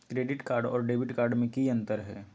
Credit card और debit card में की अंतर हई?